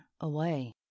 away